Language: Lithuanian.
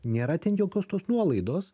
nėra ten jokios tos nuolaidos